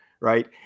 right